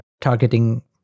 targeting